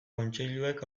kontseiluek